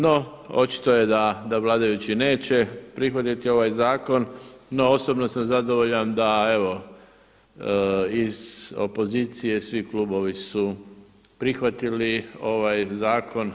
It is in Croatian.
No, očito je da vladajući neće prihvatiti ovaj zakon no osobno sam zadovoljan da evo iz opozicije svi klubovi su prihvatili ovaj zakon.